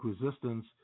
resistance